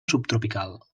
subtropical